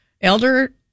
Elder